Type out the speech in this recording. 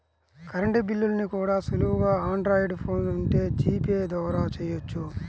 current బిల్లుల్ని కూడా సులువుగా ఆండ్రాయిడ్ ఫోన్ ఉంటే జీపే ద్వారా చెయ్యొచ్చు